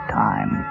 time